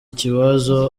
ikibazo